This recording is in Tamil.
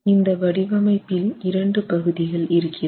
இந்த வடிவமைப்பில் இரண்டு பகுதிகள் இருக்கிறது